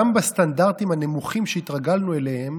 גם בסטנדרטים הנמוכים שהתרגלנו אליהם